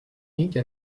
nique